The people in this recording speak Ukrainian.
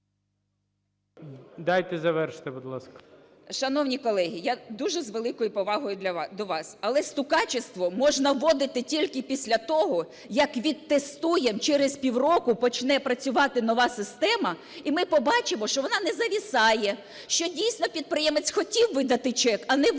Дайте завершити, будь ласка. ЮЖАНІНА Н.П. Шановні колеги, я дуже з великою повагою до вас, але "стукачєство" можна вводити тільки після того, як відтестуємо, через півроку почне працювати нова система. І ми побачимо, що вона не зависає, що дійсно підприємець хотів видати чек, а не видав,